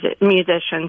musicians